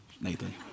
Nathan